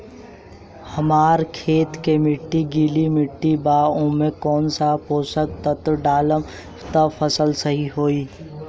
हमार खेत के माटी गीली मिट्टी बा ओमे कौन सा पोशक तत्व डालम त फसल सही होई?